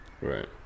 Right